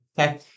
Okay